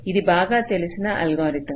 ఇది బాగా తెలిసిన అల్గారిథం